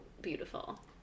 beautiful